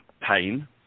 pain